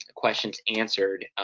ah questions answered,